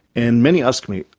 and many ask me,